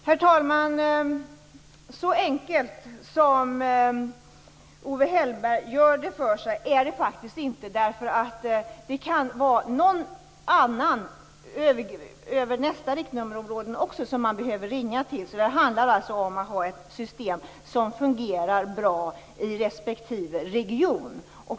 Herr talman! Så enkelt som Owe Hellberg gör det för sig är det faktiskt inte. Man kan också behöva ringa till någon i nästa riktnummerområde. Det handlar om att ha ett system som fungerar bra i respektive region.